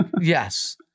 yes